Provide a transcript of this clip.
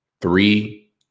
three